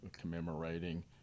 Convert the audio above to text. commemorating